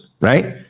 right